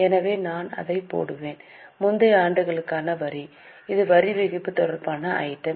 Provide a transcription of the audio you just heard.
எனவே நான் அதை போடுவேன் முந்தைய ஆண்டுகளுக்கான வரி இது வரிவிதிப்பு தொடர்பான ஐட்டம்